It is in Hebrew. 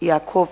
זאב בוים,